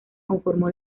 conformó